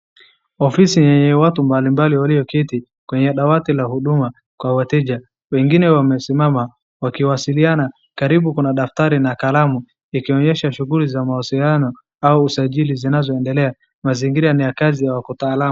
Ofisi watu mbalimbali walioketi kwenye dawati la huduma kwa wateja. Wengine wamesimama wakiwasiliana. Karibu kuna daftari na kalamu ikionyesha shughuli za mawasiliano au usajili zinazoendelea. Mazingira ni ya kazi ya wakutaalam.